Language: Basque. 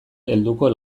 helduko